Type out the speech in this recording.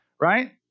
right